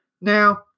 Now